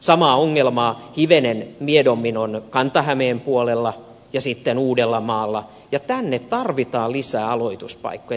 sama ongelma hivenen miedommin on kanta hämeen puolella ja uudellamaalla ja tänne tarvitaan lisää aloituspaikkoja